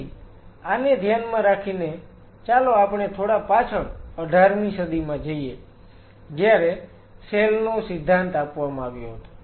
તેથી આને ધ્યાનમાં રાખીને ચાલો આપણે થોડા પાછળ 18 મી સદીમાં જઈએ જ્યારે સેલ નો સિદ્ધાંત આપવામાં આવ્યો હતો